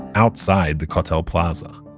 outside the kotel plaza.